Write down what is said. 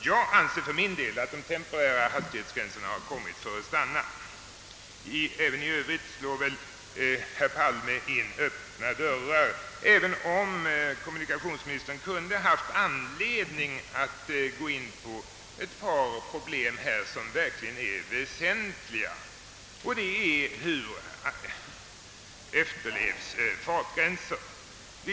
Jag anser för min del att de temporära hastighetsbegränsningarna har kommit för att stanna. Även i övrigt slår herr Palme in öppna dörrar. Han kunde haft anledning att i stället gå in på en del problem som verkligen är väsentliga. Det är exempelvis frågan om hur fartgränser efterlevs.